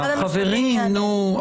חברים, נו.